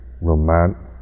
romance